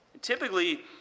Typically